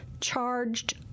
charged